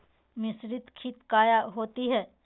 मिसरीत खित काया होती है?